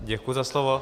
Děkuju za slovo.